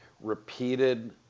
repeated